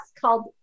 called